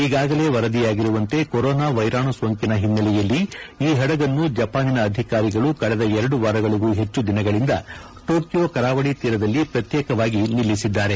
ಈಗಾಗಲೇ ವರದಿಯಾಗಿರುವಂತೆ ಕೊರೊನಾ ವೈರಾಣು ಸೋಂಕಿನ ಒನ್ನೆಲೆಯಲ್ಲಿ ಈ ಪಡಗನ್ನು ಜಪಾನಿನ ಅಧಿಕಾರಿಗಳು ಕಳೆದ ಎರಡು ವಾರಗಳಿಗೂ ಹೆಚ್ಚು ದಿನಗಳಿಂದ ಟೋಕಿಯೋ ಕರಾವಳಿ ತೀರದಲ್ಲಿ ಪ್ರತ್ಯೇಕವಾಗಿ ನಿಲ್ಲಿಸಿದ್ದಾರೆ